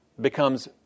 becomes